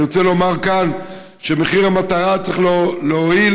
אני רוצה לומר כאן שמחיר המטרה צריך להועיל